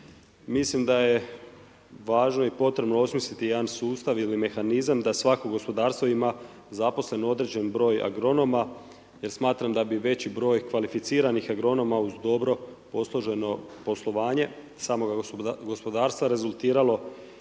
mislim da je važno i potrebno osmisliti jedan sustav, jedan mehanizam, da svatko gospodarstvo ima zaposlen određeni broj agronoma jer smatram da bi veći broj kvalificiranih agronoma uz dobro posloženo poslovanje samoga gospodarstva rezultiralo